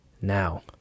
Now